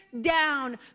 down